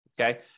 okay